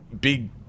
big